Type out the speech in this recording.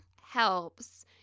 helps